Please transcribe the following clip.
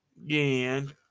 again